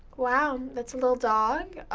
wow, that's a little dog.